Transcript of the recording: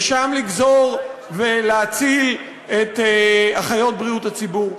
ושם לגזור ולהציל את אחיות בריאות הציבור.